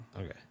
Okay